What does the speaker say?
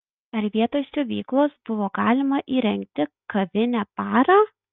ar vietoj siuvyklos buvo galima įrengti kavinę barą